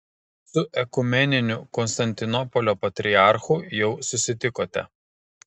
su ekumeniniu konstantinopolio patriarchu jau susitikote